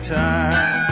time